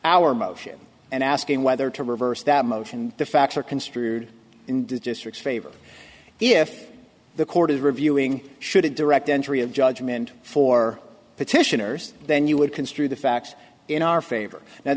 our motion and asking whether to reverse that motion the facts are construed in districts favor if the court is reviewing should have direct entry of judgment for petitioners then you would construe the facts in our favor